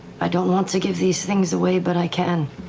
i don't want to give these things away, but i can.